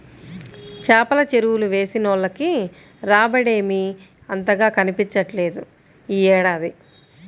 చేపల చెరువులు వేసినోళ్లకి రాబడేమీ అంతగా కనిపించట్లేదు యీ ఏడాది